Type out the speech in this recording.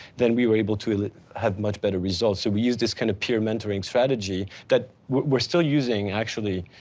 then we were able to have much better results. so we use this kind of peer mentoring strategy that we're still using, actually,